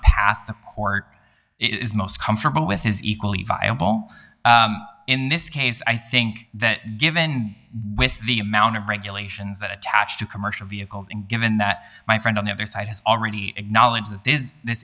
path the court is most comfortable with is equally viable in this case i think that given with the amount of regulations that attach to commercial vehicles and given that my friend on the other side has already acknowledged that the